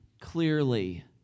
clearly